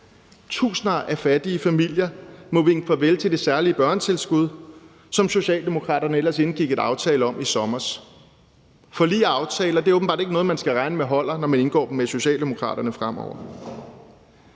Tusinder af fattige familier må vinke farvel til det særlige børnetilskud, som Socialdemokraterne ellers indgik en aftale om i sommer. Forlig og aftaler er åbenbart ikke noget, man skal regne med holder, når man indgår dem med Socialdemokraterne fremover.